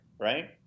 right